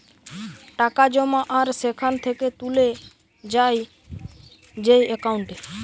টাকা জমা আর সেখান থেকে তুলে যায় যেই একাউন্টে